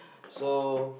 so